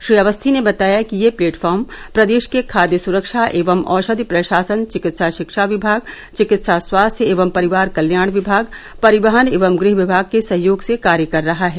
श्री अवस्थी ने बताया कि यह प्लेटफार्म प्रदेश के खाद्य सरक्षा एवं औषधि प्रशासन चिकित्सा शिक्षा विभाग चिकित्सा स्वास्थ्य एवं परिवार कल्याण विभाग परिवहन एवं गृह विभाग के सहयोग से कार्य कर रहा है